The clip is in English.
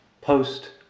Post